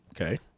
Okay